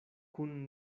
kun